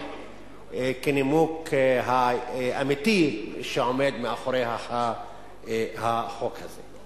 כנימוק האמיתי שעומד מאחורי החוק הזה.